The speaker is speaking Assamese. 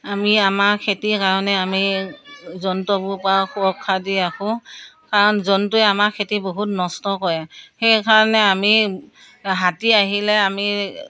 আমি আমাৰ খেতিৰ কাৰণে আমি জন্তুবোৰৰপৰা সুৰক্ষা দি ৰাখোঁ কাৰণ জন্তুৱে আমাৰ খেতি বহুত নষ্ট কৰে সেইকাৰণে আমি হাতী আহিলে আমি